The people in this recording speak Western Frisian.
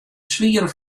swiere